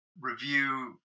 review